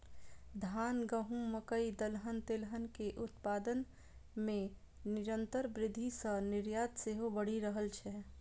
धान, गहूम, मकइ, दलहन, तेलहन के उत्पादन मे निरंतर वृद्धि सं निर्यात सेहो बढ़ि रहल छै